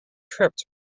tripped